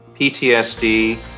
ptsd